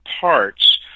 parts